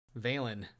Valen